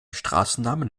straßennamen